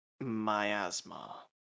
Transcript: miasma